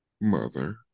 mother